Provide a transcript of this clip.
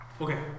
Okay